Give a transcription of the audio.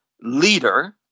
leader